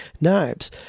Knives